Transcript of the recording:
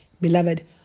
beloved